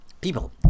People